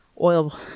oil